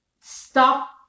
stop